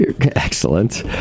Excellent